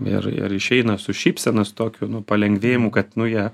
ir ir išeina su šypsena su tokiu palengvėjimu kad nu jie